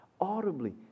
audibly